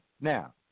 Now